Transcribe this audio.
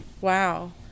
wow